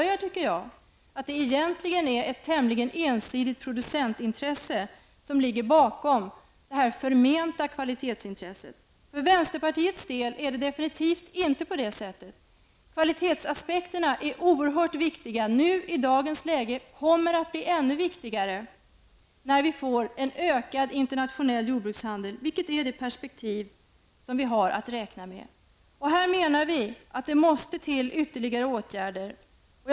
Jag tycker detta avslöjar ett ensidigt producentintresse bakom det förmenta kvalitetsintresset. För vänsterpartiet är det definitivt inte på det viset. Kvalitetsaspekterna är oerhört viktiga och kommer att bli ännu viktigare när vi får en ökad internationell jordbrukshandel. Det är det perspektiv som vi har att räkna med. Vi anser att ytterligare åtgärder måste vidtas.